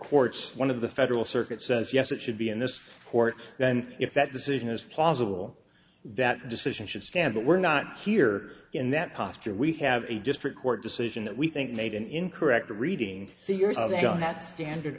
courts one of the federal circuit says yes it should be in this court then if that decision is plausible that decision should stand but we're not here in that posture we have a district court decision that we think made an incorrect reading see years ago that standard